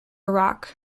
iraq